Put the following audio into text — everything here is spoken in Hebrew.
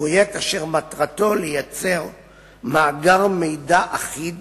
פרויקט אשר מטרתו לייצר מאגר מידע אחיד